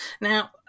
Now